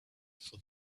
for